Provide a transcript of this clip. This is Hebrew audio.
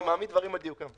אני מעמיד דברים על דיוקם.